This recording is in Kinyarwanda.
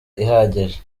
ihagije